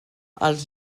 els